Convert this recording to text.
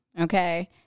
Okay